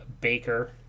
Baker